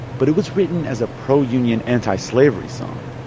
but it was written as a pro-union antislavery song.